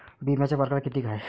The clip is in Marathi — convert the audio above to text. बिम्याचे परकार कितीक हाय?